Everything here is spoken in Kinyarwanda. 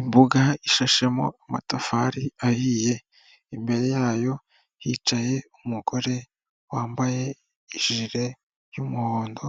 Imbuga ishashemo amatafari ahiye imbere yayo hicaye umugore wambaye ijire y'umuhondo